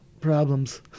problems